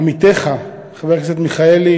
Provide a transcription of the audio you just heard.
עמיתיך חבר הכנסת מיכאלי